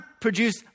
produce